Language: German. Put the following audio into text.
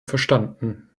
verstanden